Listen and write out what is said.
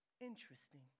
interesting